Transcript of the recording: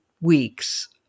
weeks